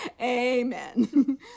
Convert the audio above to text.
Amen